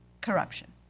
corruption